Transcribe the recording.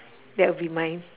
that'll be mine